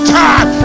time